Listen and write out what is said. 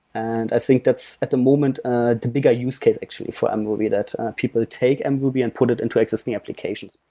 and i think that's at the moment ah the bigger use case actually for mruby that people take and mruby and put it into existing applications.